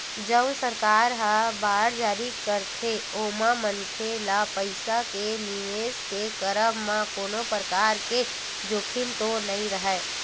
जउन सरकार ह बांड जारी करथे ओमा मनखे ल पइसा के निवेस के करब म कोनो परकार के जोखिम तो नइ राहय